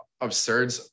absurd